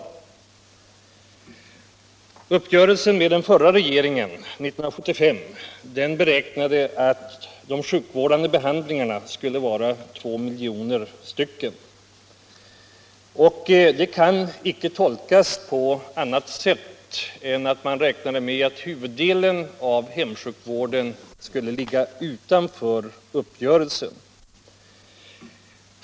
I uppgörelsen med den förra regeringen 1975 beräknades att antalet hemsjukvårdsbehandlingar skulle uppgå till två miljoner per år. Detta kan icke tolkas på annat sätt än att man räknade med att huvuddelen av hemsjukvården skulle ligga utanför uppgörelsen.